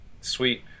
Sweet